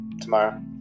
Tomorrow